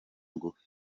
ngufi